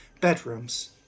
bedrooms